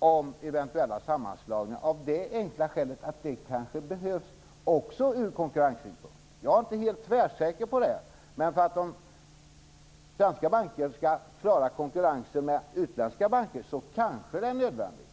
om eventuella sammanslagningar av det enkla skälet att dessa kanske också behövs ur konkurrenssynpunkt. Jag är inte helt tvärsäker på det, men för att svenska banker skall klara konkurrensen med utländska banker är det kanske nödvändigt.